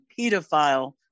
pedophile